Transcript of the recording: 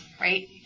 Right